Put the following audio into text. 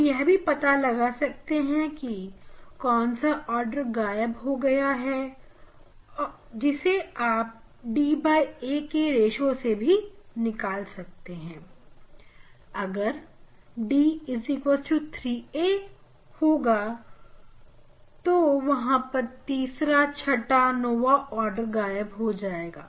आप यही पता लगा सकते हैं कि कौन सा आर्डर गायब हो गया है जिसे आप da के रेशों से भी निकाल सकते हैं अगर d 3a होगा तो वहां पर तीसरा आर्डर गायब होगा